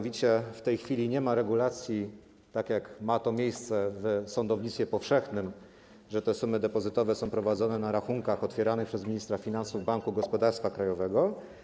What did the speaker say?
W tej chwili nie ma regulacji, tak jak ma to miejsce w sądownictwie powszechnym, że te sumy depozytowe są prowadzone na rachunkach otwieranych przez ministra finansów w Banku Gospodarstwa Krajowego.